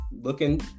looking